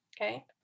okay